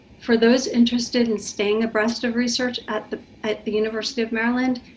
for those interested in staying abreast of research at the at the university of maryland,